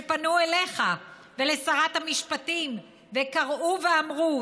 שפנו אליך ולשרת המשפטים וקראו ואמרו: